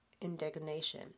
indignation